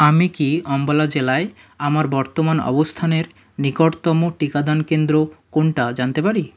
আমি কি আম্বালা জেলায় আমার বর্তমান অবস্থানের নিকটতম টিকাদান কেন্দ্র কোনটা জানতে পারি